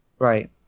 Right